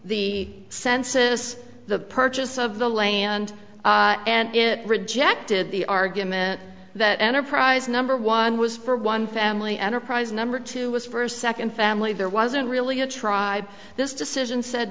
the census the purchase of the land and it rejected the argument that enterprise number one was for one family enterprise number two was for a second family there wasn't really a try this decision said